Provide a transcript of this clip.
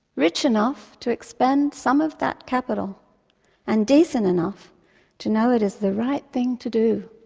rich enough to expend some of that capital and decent enough to know it is the right thing to do,